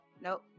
Nope